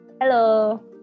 Hello